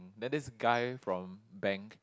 then this guy from bank